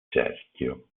cerchio